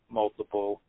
multiple